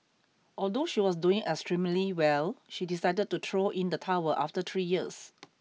although she was doing extremely well she decided to throw in the towel after three years